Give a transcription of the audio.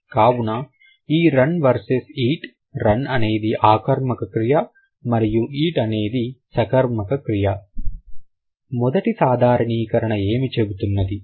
కావున ఈ run versus eat run అనేది ఆకర్మక క్రియ మరియు ఈట్ అనేది సకర్మక క్రియ మొదటి సాధారణీకరణ ఏమి చెబుతున్నది